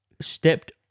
stepped